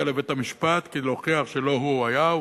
ולהגיע לבית-המשפט כדי להוכיח שלא הוא היה,